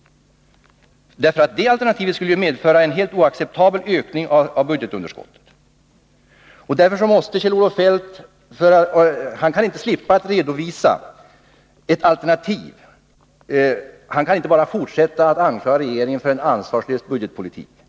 Det alternativet skulle ju medföra en helt oacceptabel ökning av budgetunderskottet. Kjell-Olof Feldt kan inte slippa att redovisa ett alternativ. Han kan inte bara fortsätta att anklaga regeringen för en ansvarslös budgetpolitik.